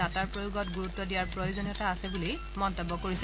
ডাটাৰ প্ৰয়োগত গুৰুত্ব দিয়াৰ প্ৰয়োজনীয়তা আছে বুলি মন্তব্য কৰিছে